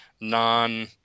non